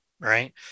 Right